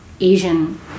Asian